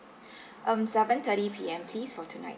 um seven thirty P_M please for tonight